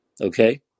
Okay